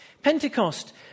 Pentecost